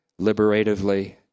liberatively